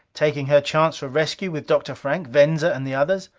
taking her chance for rescue with dr. frank, venza and the others?